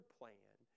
plan